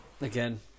again